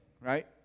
right